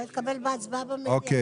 הצבעה בעד, 0 נגד,